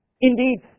Indeed